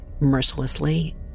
mercilessly